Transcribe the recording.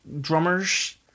drummers